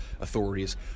authorities